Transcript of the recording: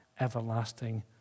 everlasting